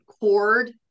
cord